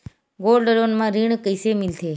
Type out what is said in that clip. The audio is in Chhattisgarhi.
गोल्ड लोन म ऋण कइसे मिलथे?